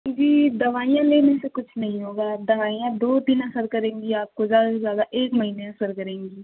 जी दवाईयाँ लेने से कुछ नहीं होगा दवाईयाँ दो दिन असर करेंगी आपको ज़्यादा से ज़्यादा एक महीने असर करेंगी